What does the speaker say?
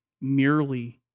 merely